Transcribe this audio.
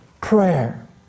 prayer